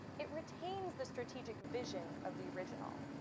it retains the strategic vision of the original.